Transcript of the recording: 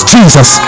Jesus